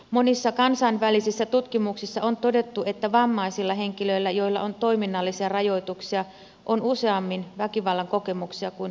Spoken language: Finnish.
monissa kansainvälisissä tutkimuksissa on todettu että vammaisilla henkilöillä joilla on toiminnallisia rajoituksia on useammin väkivallan kokemuksia kuin vammattomilla